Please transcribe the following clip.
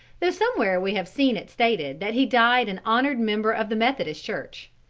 though somewhere we have seen it stated that he died an honored member of the methodist church.